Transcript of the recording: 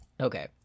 Okay